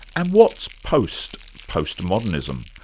and what's post postmodernism?